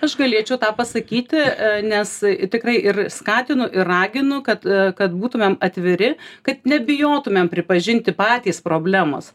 aš galėčiau tą pasakyti nes tikrai ir skatinu ir raginu kad kad būtumėm atviri kad nebijotumėm pripažinti patys problemos